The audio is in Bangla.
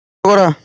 করা